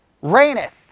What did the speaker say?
reigneth